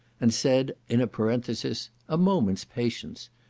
and said in a parenthesis a moment's patience,